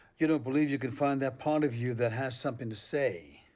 you know believe you could find that part of you that has something to say.